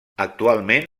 actualment